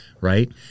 right